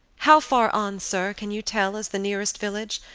how far on, sir, can you tell, is the nearest village?